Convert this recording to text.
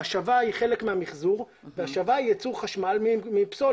והשבה היא החלק מהמחזור והשבה היא ייצור חשמל מפסולת.